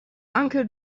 uncle